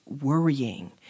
worrying